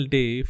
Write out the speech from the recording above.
Day